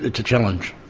it's a challenge.